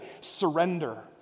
surrender